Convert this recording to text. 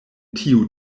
tiu